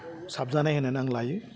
साबजानाय होन्नानै आं लायो